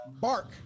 Bark